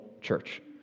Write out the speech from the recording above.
church